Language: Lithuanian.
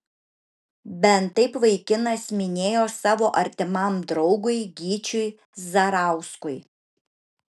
bent taip vaikinas minėjo savo artimam draugui gyčiui zarauskui